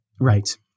right